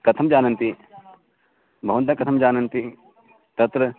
कथं जानन्ति भवन्तः कथं जानन्ति तत्र